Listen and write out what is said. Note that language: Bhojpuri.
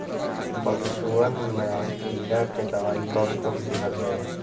पशुअन मैं कीड़ा के दवाई कब कब दिहल जाई?